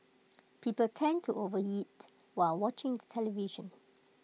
people tend to overeat while watching the television